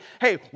hey